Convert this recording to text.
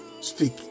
speak